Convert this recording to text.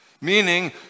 meaning